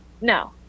No